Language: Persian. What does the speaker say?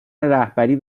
رهبری